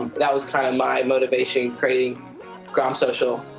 that was kind of my motivation in creating gom social.